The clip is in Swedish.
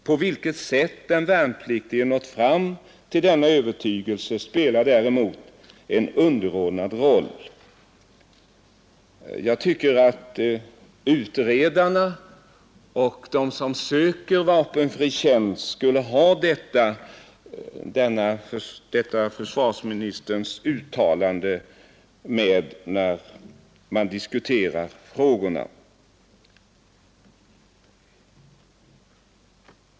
På vilket sätt den värnpliktige har nått fram till denna övertygelse spelar en underordnad roll.” Jag tycker att utredarna och de som söker vapenfri tjänst skulle ha detta försvarsministerns uttalande i åtanke när man diskuterar frågorna.